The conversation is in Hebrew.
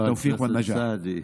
בהצלחה.) חבר הכנסת סעדי,